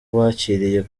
bakiriye